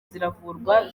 ziravurwa